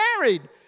married